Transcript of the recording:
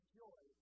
joy